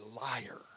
liar